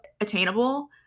attainable